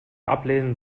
ablehnen